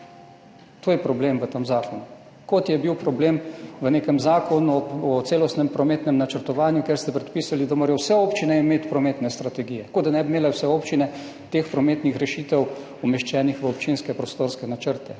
To je problem v tem zakonu, kot je bil problem v Zakonu o celostnem prometnem načrtovanju, kjer ste predpisali, da morajo imeti vse občine prometne strategije, kot da ne bi imele vse občine teh prometnih rešitev umeščenih v občinske prostorske načrte.